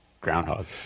Groundhog